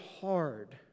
hard